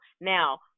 Now